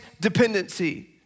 dependency